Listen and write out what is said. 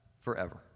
forever